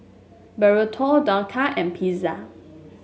Burrito Dhokla and Pizza